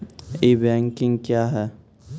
ई banking क्या हैं?